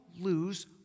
lose